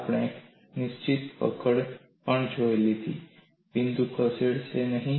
આપણે નિશ્ચિત પકડ પણ જોઇ લીધી છે બિંદુ ખસેડશે નહીં